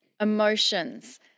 emotions